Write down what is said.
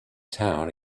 town